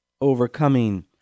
overcoming